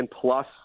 Plus